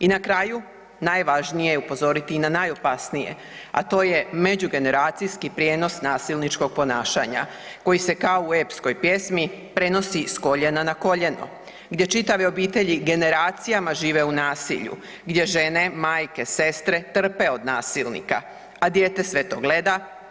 I na kraju, najvažnije je upozoriti i na najopasnije, a to je međugeneracijski prijenos nasilničkog ponašanja koji se kao u epskoj pjesmi prenosi s koljena na koljeno, gdje čitave obitelji generacijama žive u nasilju, gdje žene, majke, sestre, trpe od nasilnika, a dijete sve to gleda.